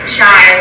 shy